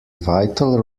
vital